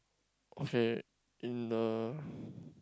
okay in the